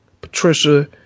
Patricia